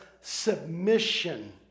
submission